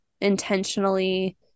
intentionally